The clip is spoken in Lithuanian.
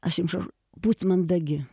aš jums aš būti mandagi